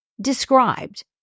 described